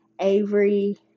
Avery